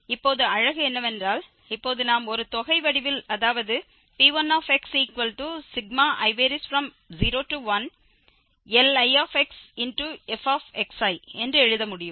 இப்போது அழகு என்னவென்றால் இப்போது நாம் ஒரு தொகை வடிவில் அதாவது P1xi01Lixf என்று எழுத முடியும்